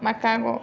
Macau